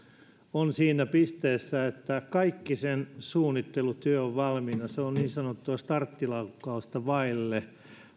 on siinä pisteessä että kaikki sen suunnittelutyö on valmiina se on niin sanottua starttilaukausta vailla